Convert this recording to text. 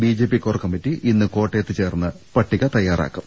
BJP core committee ഇന്ന് കോട്ടയത്ത് ചേർന്ന് പട്ടിക തയാറാക്കും